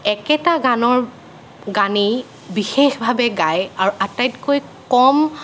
একেটা গানৰ গানেই বিশেষভাৱে গাই আৰু আটাইতকৈ কম